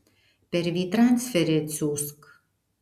per vytransferį atsiųsk